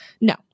no